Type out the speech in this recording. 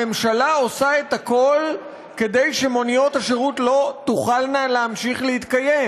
הממשלה עושה הכול כדי שמוניות השירות לא תוכלנה להמשיך להתקיים.